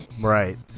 Right